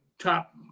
top